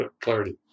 clarity